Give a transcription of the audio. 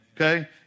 Okay